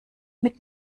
mit